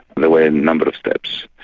there were a number of steps.